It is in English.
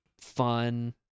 fun